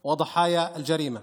ימים קשים עוברים על החברה הערבית,